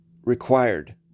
required